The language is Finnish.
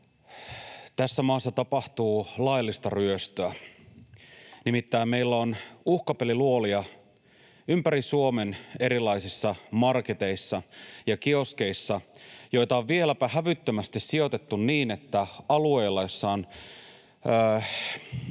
Tässä maassa tapahtuu laillista ryöstöä. Nimittäin meillä on uhkapeliluolia ympäri Suomen erilaisissa marketeissa ja kioskeissa, ja niitä on vieläpä hävyttömästi sijoitettu niin, että alueilla, joilla ei